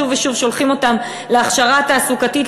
שוב ושוב שולחים אותם להכשרה תעסוקתית,